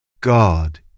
God